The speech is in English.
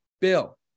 Bill